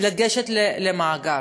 לגשת למאגר.